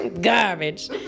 Garbage